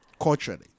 culturally